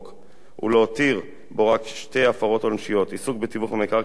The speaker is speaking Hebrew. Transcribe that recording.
ולהותיר בו רק שתי הפרות עונשיות: עיסוק בתיווך במקרקעין ללא רשיון